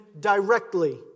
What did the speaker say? directly